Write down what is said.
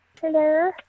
hello